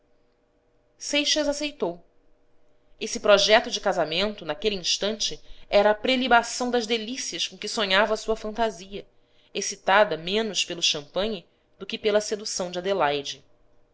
seixas aceitou esse projeto de casamento naquele instante era a prelibação das delícias com que sonhava sua fantasia excitada menos pelo champanhe do que pela sedução de adelaide